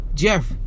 Jeff